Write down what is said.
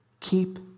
Keep